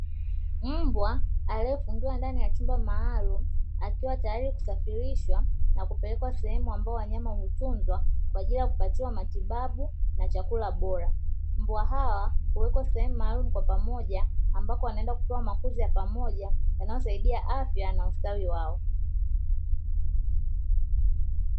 Mbwa waliofungiwa ndani ya chumba maalumu akiwa tayari kusafrishwa na kupelekwa sehemu ambayo wanyama hutunzwa kwa ajili ya kupatiwa matibabu na chakula bora. Mbwa hawa huweka sehemu maalumu kwa pamoja ambako hupewa makuzi ya pamoja yanayosaidia afya na ustawi wao.